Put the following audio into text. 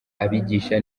abigisha